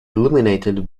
illuminated